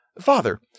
Father